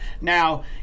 Now